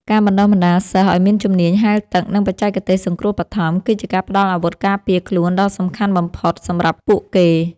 ការបណ្តុះបណ្តាលសិស្សឱ្យមានជំនាញហែលទឹក និងបច្ចេកទេសសង្គ្រោះបឋម គឺជាការផ្តល់អាវុធការពារខ្លួនដ៏សំខាន់បំផុតសម្រាប់ពួកគេ។